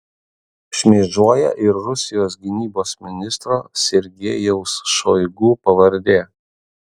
šmėžuoja ir rusijos gynybos ministro sergejaus šoigu pavardė